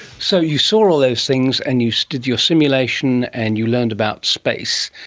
so you saw all those things and you so did your simulation and you learned about space.